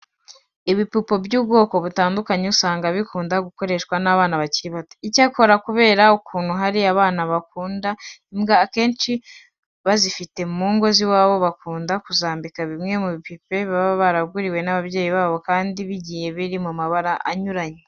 Ibipupe by'ubwoko butandukanye usanga bikunda gukoreshwa n'abana bakiri bato. Icyakora kubera ukuntu hari abana bakunda imbwa, akenshi abazifite mu ngo z'iwabo bakunda kuzambika bimwe mu bipupe baba baraguriwe n'ababyeyi babo kandi bigiye biri mu mabara anyuranye.